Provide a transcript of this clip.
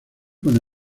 con